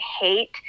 hate